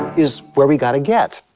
is where we got to get.